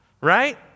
Right